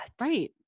right